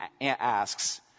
asks